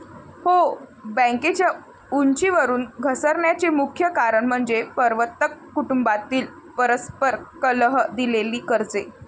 हो, बँकेच्या उंचीवरून घसरण्याचे मुख्य कारण म्हणजे प्रवर्तक कुटुंबातील परस्पर कलह, दिलेली कर्जे